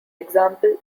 example